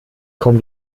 kommen